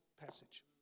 passage